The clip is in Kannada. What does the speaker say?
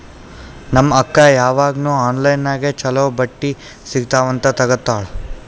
ನಮ್ ಅಕ್ಕಾ ಯಾವಾಗ್ನೂ ಆನ್ಲೈನ್ ನಾಗೆ ಛಲೋ ಬಟ್ಟಿ ಸಿಗ್ತಾವ್ ಅಂತ್ ತಗೋತ್ತಾಳ್